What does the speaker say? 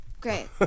great